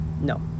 No